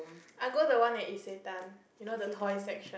I go the one at Isetan you know the toy section